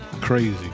Crazy